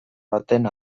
baten